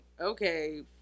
okay